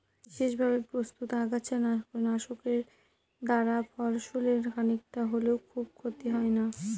বিশেষভাবে প্রস্তুত আগাছা নাশকের দ্বারা ফসলের খানিকটা হলেও খুব ক্ষতি হয় না